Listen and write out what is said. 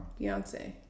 beyonce